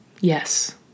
Yes